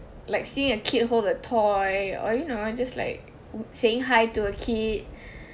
like seeing a kid hold a toy or you know or just like saying hi to a kid